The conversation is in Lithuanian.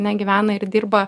negyvena ir dirba